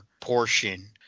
portion